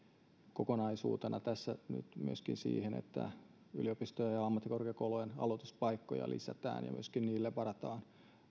kokonaisuutena tässä nyt myöskin siihen että yliopistojen ja ammattikorkeakoulujen aloituspaikkoja lisätään ja niille myöskin varataan